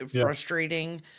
frustrating